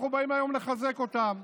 אנחנו היום באים לחזק אותן.